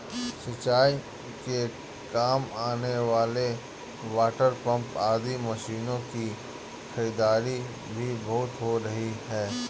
सिंचाई के काम आने वाले वाटरपम्प आदि मशीनों की खरीदारी भी बहुत हो रही है